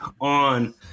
on